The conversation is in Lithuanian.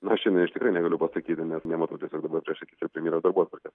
na šiandien aš tikrai negaliu pasakyti nes nematau tiesiog dabar prieš akis ir premjero dienotvarkės